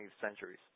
centuries